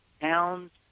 towns